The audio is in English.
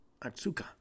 Atsuka